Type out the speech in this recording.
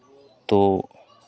तो